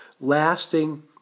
lasting